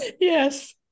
Yes